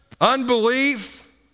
unbelief